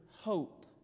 hope